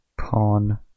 Pawn